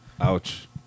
Ouch